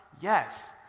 Yes